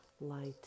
light